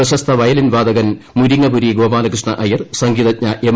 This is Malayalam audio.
പ്രശസ്ത വയലിൻ വാദകൻ മുരിങ്ങപുരി ഗോപാലകൃഷ്ണ അയ്യർ സംഗീ തജ്ഞ എം